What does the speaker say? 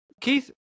Keith